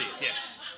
yes